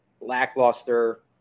lackluster